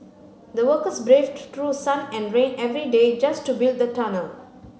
the workers braved through sun and rain every day just to build the tunnel